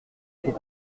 faut